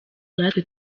natwe